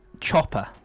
chopper